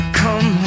come